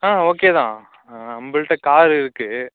ஆ ஓகேதான் நம்பள்கிட்ட கார் இருக்கு